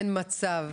אין מצב.